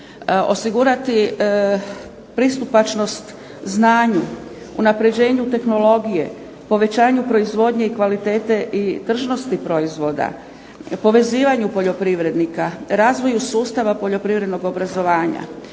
osigurati pristupačnost znanju, unapređenju tehnologije, povećanju proizvodnje i kvalitete i tržnosti proizvoda, povezivanju poljoprivrednika, razvoju sustava poljoprivrednog obrazovanja.